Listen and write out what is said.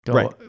Right